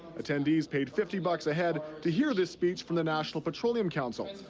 attendees paid fifty bucks a head to hear this speech from the national petroleum council,